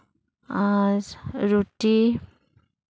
ᱟᱨ ᱨᱩᱴᱤ